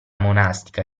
monastica